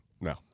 No